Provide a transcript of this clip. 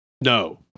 No